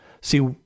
See